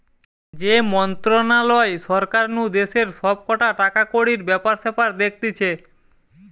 যে মন্ত্রণালয় সরকার নু দেশের সব কটা টাকাকড়ির ব্যাপার স্যাপার দেখতিছে